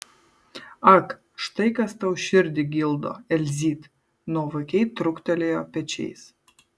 ak štai kas tau širdį gildo elzyt nuovokiai trūktelėjo pečiais